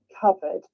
covered